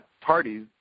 parties